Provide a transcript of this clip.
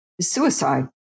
suicide